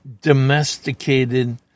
domesticated